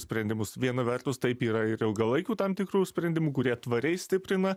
sprendimus viena vertus taip yra ir ilgalaikių tam tikrų sprendimų kurie tvariai stiprina